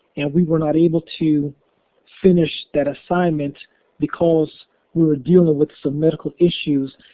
and we were not able to finish that assignment because we were dealing with some medical issues,